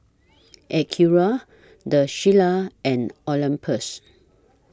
Acura The Shilla and Olympus